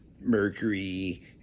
Mercury